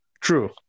True